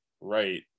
right